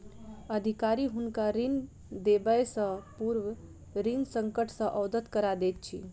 अधिकारी हुनका ऋण देबयसॅ पूर्व ऋण संकट सॅ अवगत करा दैत अछि